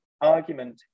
argument